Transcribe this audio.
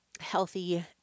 healthy